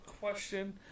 question